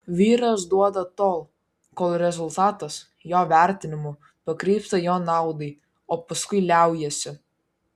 vyras duoda tol kol rezultatas jo vertinimu pakrypsta jo naudai o paskui liaujasi